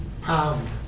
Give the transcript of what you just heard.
pound